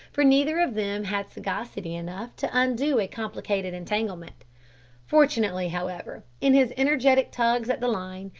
for neither of them had sagacity enough to undo a complicated entanglement fortunately, however, in his energetic tugs at the line,